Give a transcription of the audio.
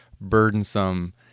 burdensome